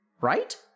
Right